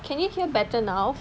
can you hear better now